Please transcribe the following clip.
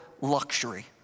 luxury